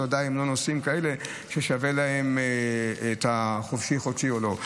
בוודאי הם לא נוסעים כאלה ששווה להם החופשי-חודשי או לא.